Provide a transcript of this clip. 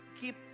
Keep